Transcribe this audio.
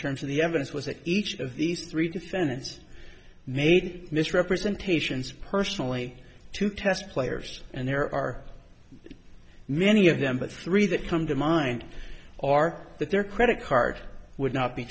terms of the evidence was that each of these three defendants made misrepresentations personally to test players and there are many of them but three that come to mind are that their credit card would not be